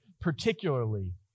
particularly